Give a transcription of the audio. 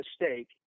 mistake